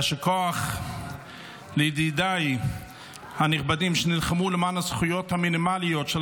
יישר כוח לידידיי הנכבדים שנלחמו למען הזכויות המינימליות של